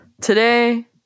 Today